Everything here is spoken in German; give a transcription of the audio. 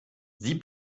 sie